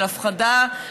של הפחדה,